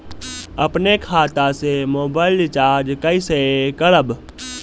अपने खाता से मोबाइल रिचार्ज कैसे करब?